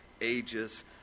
ages